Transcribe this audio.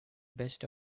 best